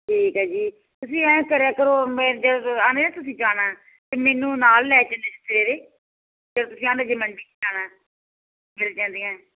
ਠੀਕ ਹੈ ਜੀ ਤੁਸੀਂ ਐਂਉਂ ਕਰਿਆ ਕਰੋ ਤੁਸੀਂ ਜਾਣਾ ਅਤੇ ਮੈਨੂੰ ਨਾਲ ਲੈ ਕੇ ਸਵੇਰੇ ਜੇ ਤੁਸੀਂ ਚਾਹੁੰਦੇ ਮੰਡੀ 'ਚ ਜਾਣਾ ਮਿਲ ਜਾਂਦੀਆਂ